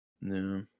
No